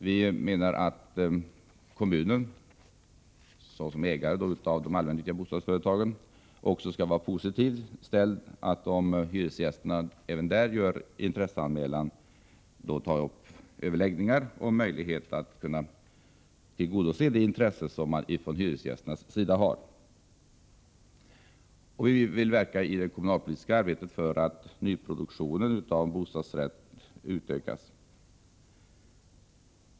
Vi anser att kommunen, såsom ägare av de allmännyttiga bostadsföretagen, också skall vara positivt inställd, om hyresgästerna i ett allmännyttigt bostadsföretag gör en sådan intresseanmälan och att kommunen då skall ta upp överläggningar om möjligheten att tillgodose hyresgästernas intressen. Vi vill i det kommunalpolitiska arbetet verka för att nyproduktionen av bostadsrätter utökas.